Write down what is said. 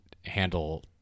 handle